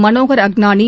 Manohar Agnani